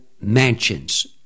mansions